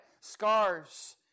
scars